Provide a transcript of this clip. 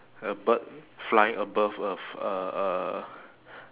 a bird flying above a f~ a a